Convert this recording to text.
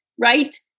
Right